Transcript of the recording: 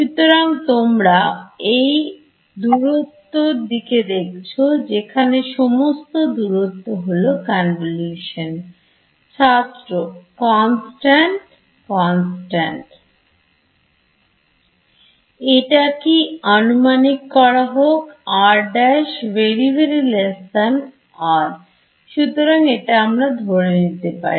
সুতরাং তোমরা এই দূরত্ব দিকে দেখছ এখানে সমস্ত দূরত্ব হল Convolution ছাত্র কনস্ট্যান্ট r কনস্ট্যান্ট এটা কি আনুমানিক করা হোক r′ r সুতরাং আমি এটা ধরে নিতে পারি